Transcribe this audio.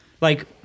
Like-